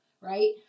right